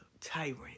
tyrant